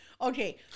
Okay